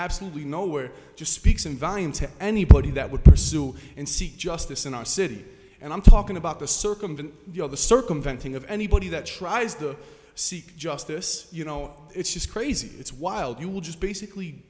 absolutely nowhere just speaks in volume to anybody that would pursue and seek justice in our city and i'm talking about the circumvent you know the circumventing of anybody that tries to seek justice you know it's just crazy it's wild you will just basically